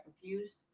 confused